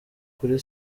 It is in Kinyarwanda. kuri